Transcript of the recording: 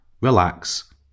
relax